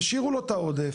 תשאירו לו את העודף,